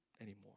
anymore